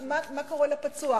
מה קורה לפצוע: